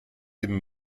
dem